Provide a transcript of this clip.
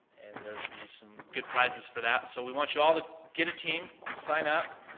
and there'll be some good prizes for that. so we want you all to get a team, and sign up,